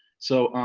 so